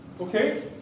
Okay